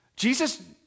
Jesus